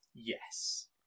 Yes